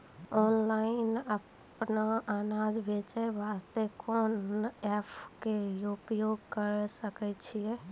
Online अपनो अनाज बेचे वास्ते कोंन एप्प के उपयोग करें सकय छियै?